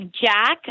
Jack